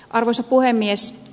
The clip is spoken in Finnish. arvoisa puhemies